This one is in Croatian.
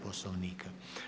Poslovnika.